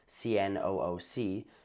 CNOOC